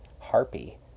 harpy